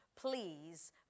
please